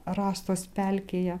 rastos pelkėje